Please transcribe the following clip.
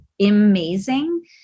amazing